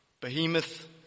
Behemoth